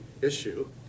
issue